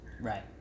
Right